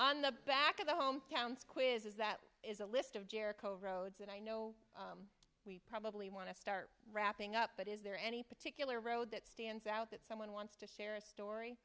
on the back of the home towns quizzes that is a list of jericho roads and i know we probably want to start wrapping up but is there any particular road that stands out that someone wants to hear a story